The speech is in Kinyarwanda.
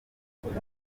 mujya